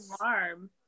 alarm